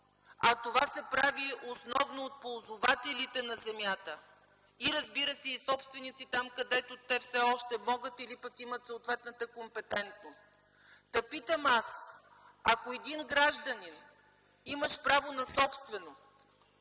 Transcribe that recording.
а това се прави основно от ползвателите на земята и, разбира се, и от собственици там, където все още могат или пък имат съответната компетентност. Питам аз: ако един гражданин, имащ право на собственост,